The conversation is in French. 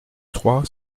trois